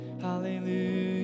Hallelujah